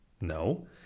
No